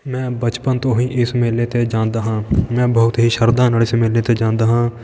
ਮੈਂ ਬਚਪਨ ਤੋਂ ਹੀ ਇਸ ਮੇਲੇ 'ਤੇ ਜਾਂਦਾ ਹਾਂ ਮੈਂ ਬਹੁਤ ਹੀ ਸ਼ਰਧਾ ਨਾਲ ਇਸ ਮੇਲੇ 'ਤੇ ਜਾਂਦਾ ਹਾਂ